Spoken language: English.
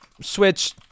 Switch